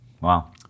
Wow